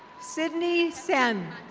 sydney sen.